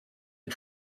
and